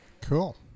cool